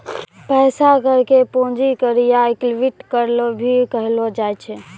पैसा कर के पूंजी कर या इक्विटी कर भी कहलो जाय छै